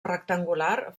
rectangular